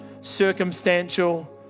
circumstantial